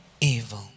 evil